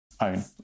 own